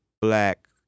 black